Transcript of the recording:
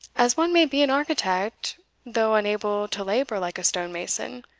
as one may be an architect though unable to labour like a stone-mason